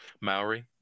Maori